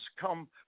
come